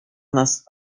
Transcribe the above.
nas